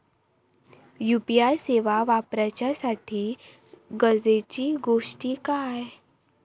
UPI सेवा वापराच्यासाठी गरजेचे गोष्टी काय?